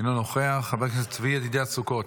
אינו נוכח, חבר הכנסת צבי ידידיה סוכות,